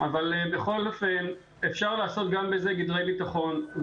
אבל בכל אופן אפשר לעשות גם בזה גדרי ביטחון.